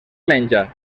menja